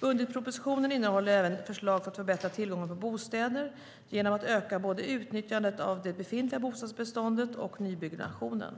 Budgetpropositionen innehåller även förslag för att förbättra tillgången på bostäder, genom att öka både utnyttjandet av det befintliga bostadsbeståndet och nybyggnationen.